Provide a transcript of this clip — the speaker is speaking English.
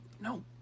no